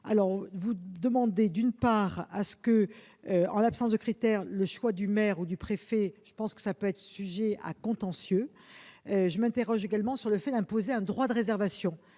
vous demandez d'abord que, en l'absence de critères, le choix relève du maire ou du préfet. Je pense que cela peut être sujet à contentieux. Je m'interroge ensuite sur le fait d'imposer un droit de réservation,